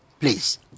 Please